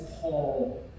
Paul